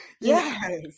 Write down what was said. yes